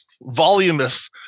voluminous